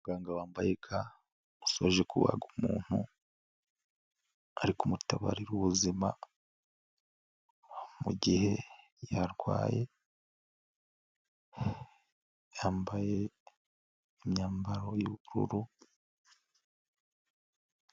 Umuganga wambaye ga usoje kubaga umuntu ari mutabarira ubuzima mu gihe yarwaye, yambaye imyambaro y'ubururu.